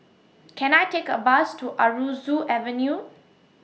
Can I Take A Bus to Aroozoo Avenue